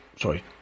sorry